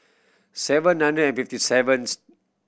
seven hundred and fifty seventh